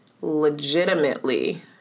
Legitimately